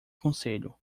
conselho